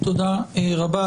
תודה רבה.